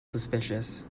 suspicious